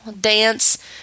dance